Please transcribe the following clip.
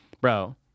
Bro